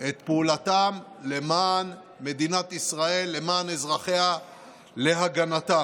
את פעולתם למען מדינת ישראל, למען אזרחיה ולהגנתה.